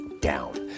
down